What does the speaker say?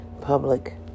public